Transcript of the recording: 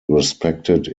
respected